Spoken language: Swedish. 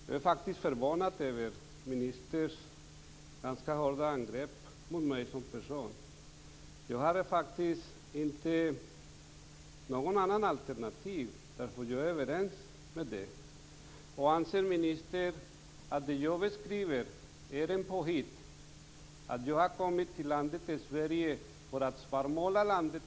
Jag är faktiskt förvånad över ministerns ganska hårda angrepp mot mig som person. Jag har dock inget alternativ, eftersom vi är överens. Anser ministern att det jag beskriver är ett påhitt? Skulle jag ha kommit till Sverige för att svartmåla landet?